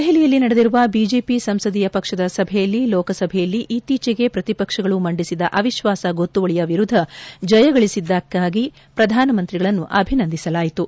ದೆಹಲಿಯಲ್ಲಿ ನಡೆದಿರುವ ಬಿಜೆಪಿ ಸಂಸದೀಯ ಪಕ್ಷದ ಸಭೆಯಲ್ಲಿ ಲೋಕಸಭೆಯಲ್ಲಿ ಇತ್ತೀಚೆಗೆ ಪ್ರತಿಪಕ್ಷಗಳು ಮಂಡಿಸಿದ ಅವಿಶ್ವಾಸ ಗೊತ್ತುವಳಿಯ ವಿರುದ್ಧ ಜಯಗಳಿಸಿದ್ದಕ್ಕಾಗಿ ಪ್ರಧಾನಮಂತ್ರಿಗಳನ್ನು ಅಭಿನಂದಿಸಲಾಯಿತು